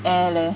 air leh